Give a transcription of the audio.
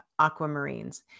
aquamarines